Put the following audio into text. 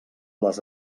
les